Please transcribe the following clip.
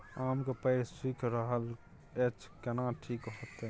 आम के पेड़ सुइख रहल एछ केना ठीक होतय?